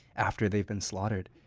after they've been slaughtered.